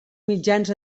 mitjans